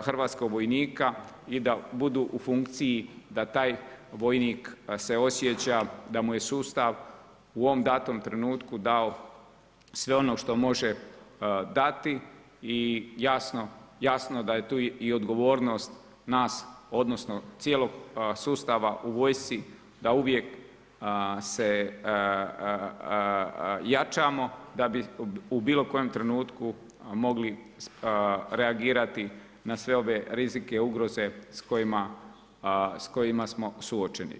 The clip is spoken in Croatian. hrvatskog vojnika i da budu u funkciji da taj vojnik se osjeća da mu je sustav u ovom datom trenutku dao sve ono što može dati i jasno, jasno da je tu i odgovornost nas odnosno cijelog sustava u vojsci da uvijek se jačamo da bi u bilo kojem trenutku mogli reagirati na sve ove rizike, ugroze s kojima smo suočeni.